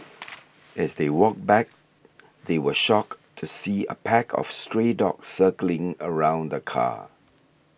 as they walked back they were shocked to see a pack of stray dogs circling around the car